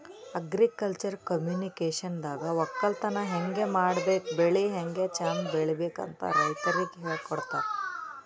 agriculture ಕಮ್ಯುನಿಕೇಷನ್ದಾಗ ವಕ್ಕಲತನ್ ಹೆಂಗ್ ಮಾಡ್ಬೇಕ್ ಬೆಳಿ ಹ್ಯಾಂಗ್ ಚಂದ್ ಬೆಳಿಬೇಕ್ ಅಂತ್ ರೈತರಿಗ್ ಹೇಳ್ಕೊಡ್ತಾರ್